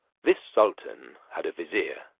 this sultan had a vizier,